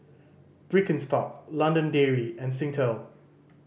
Birkenstock London Dairy and Singtel